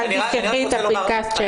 רק אל תשכחי את פנקס הצ'קים.